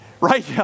Right